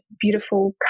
beautiful